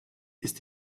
ist